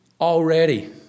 already